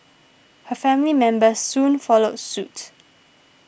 her family members soon followed suit